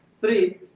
Three